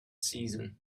season